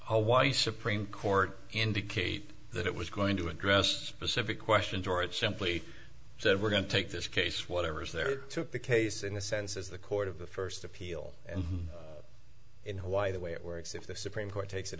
the supreme court indicate that it was going to address specific questions or it simply said we're going to take this case whatever is there to the case in a sense is the court of the first appeal and in hawaii the way it works if the supreme court takes it